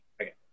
okay